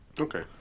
Okay